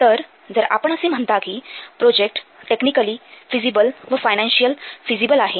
तर जर आपण असे म्हणता कि प्रोजेक्ट टेक्निकल फिझीबल व फायनान्शिअल फिझीबल आहे